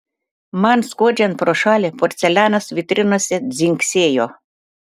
man skuodžiant pro šalį porcelianas vitrinose dzingsėjo